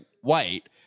white